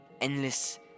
endless